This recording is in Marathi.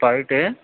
पहाटे